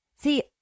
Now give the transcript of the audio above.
See